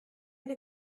eine